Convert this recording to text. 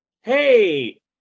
hey